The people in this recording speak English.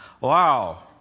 wow